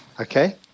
Okay